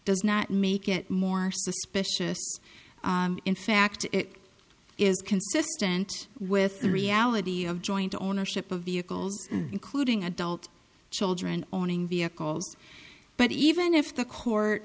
does not make it more suspicious in fact it is consistent with the reality of joint ownership of vehicles including adult children owning vehicles but even if the court